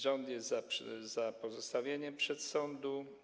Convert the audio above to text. Rząd jest za pozostawieniem przedsądu.